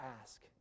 ask